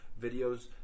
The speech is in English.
videos